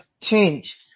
change